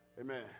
amen